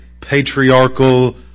patriarchal